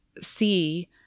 see